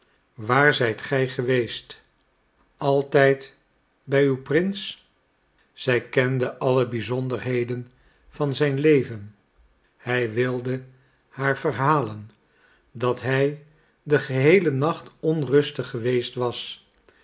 waar zijt gij geweest altijd bij uw prins zij kende alle bizonderheden van zijn leven hij wilde haar verhalen dat hij den geheelen nacht onrustig geweest was